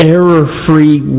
Error-free